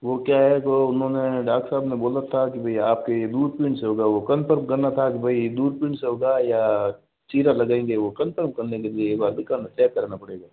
वो क्या है कि वो उन्होंने डॉक्टर साहब ने बोला था कि भई आपके दूरबीन से होगा वो कन्फर्म करना था कि भाई दूरबीन से होगा या चीरा लगेंगे वो कन्फर्म करने के लिए एक बार फिर से चेक करना पड़ेगा